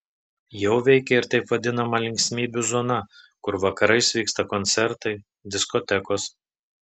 jau veikia ir taip vadinama linksmybių zona kur vakarais vyksta koncertai diskotekos